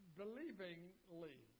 believingly